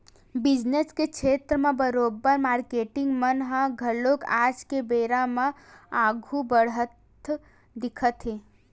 business के छेत्र म बरोबर मारकेटिंग मन ह घलो आज के बेरा म आघु बड़हत दिखत हे